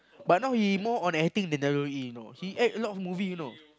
but now he more on acting than W_W_E you know he act a lot movie you know